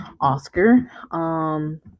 Oscar